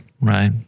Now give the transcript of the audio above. Right